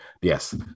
Yes